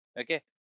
Okay